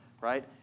right